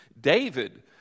David